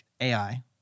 AI